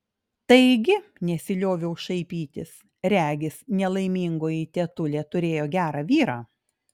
taigi nesilioviau šaipytis regis nelaimingoji tetulė turėjo gerą vyrą